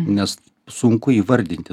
nes sunku įvardinti